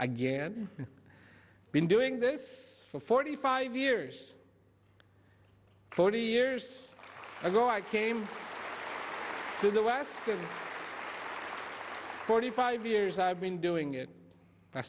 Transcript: again been doing this for forty five years forty years ago i came to the west forty five years i've been doing it i